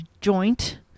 joint